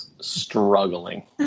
struggling